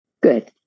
Good